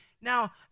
Now